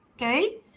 okay